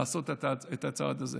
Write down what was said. לעשות את הצעד הזה.